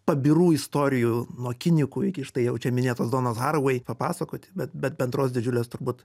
pabirų istorijų nuo kinikų iki štai jau čia minėtos donos harovei papasakoti bet bet bendros didžiulės turbūt